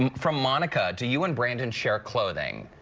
and from monica, do you and brandon share clothing?